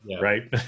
right